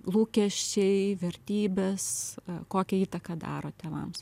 lūkesčiai vertybės kokią įtaką daro tėvams